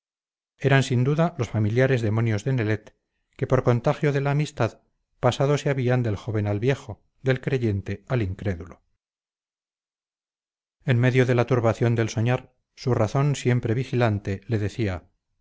eran sin duda los familiares demonios de nelet que por contagio de la amistad pasado se habían del joven al viejo del creyente al incrédulo en medio de la turbación del soñar su razón siempre vigilante le decía